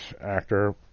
actor